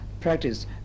practice